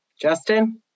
Justin